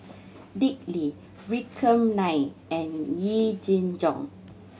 Dick Lee Vikram Nair and Yee Jenn Jong